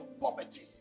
poverty